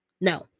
no